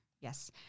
Yes